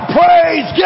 praise